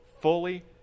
fully